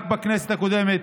רק בכנסת הקודמת,